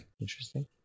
Interesting